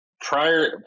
prior